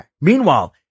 meanwhile